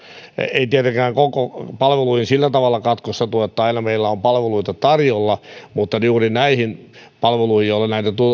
ei tietenkään palveluihin sillä tavalla katkosta tule että aina meillä on palveluita tarjolla mutta juuri näihin palveluihin joilla näitä